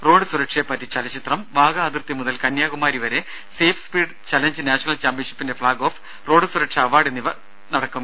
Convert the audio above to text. road സുരക്ഷയെ പറ്റി ചലച്ചിത്രം വാഗ അതിർത്തി മുതൽ കന്യാകുമാരി വരെ സേഫ് സ്പീഡ് ചലഞ്ച് നാഷണൽ ചാമ്പ്യൻഷിപ്പിന്റെ ഫ്ളാഗ് ഓഫ് റോഡ് സുരക്ഷ അവാർഡ് വിതരണം എന്നിവ നടക്കും